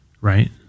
Right